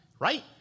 Right